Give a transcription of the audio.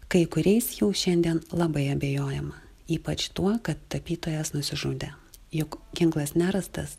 kai kuriais jau šiandien labai abejojama ypač tuo kad tapytojas nusižudė juk ginklas nerastas